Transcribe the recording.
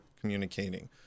communicating